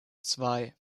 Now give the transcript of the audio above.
zwei